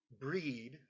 breed